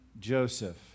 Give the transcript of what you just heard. Joseph